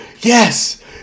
Yes